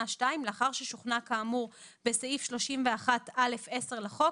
2 - לאחר ששוכנע כאמור בסעיף 31(א)(10) לחוק,